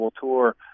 tour